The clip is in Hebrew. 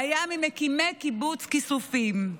והיה ממקימי קיבוץ כיסופים.